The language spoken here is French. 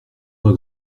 pas